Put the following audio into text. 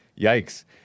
Yikes